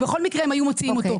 הם בכל מקרה היו מוציאים אותו.